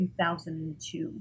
2002